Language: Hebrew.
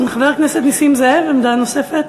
חבר הכנסת נסים זאב, עמדה נוספת.